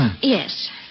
Yes